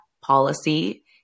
policy